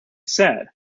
said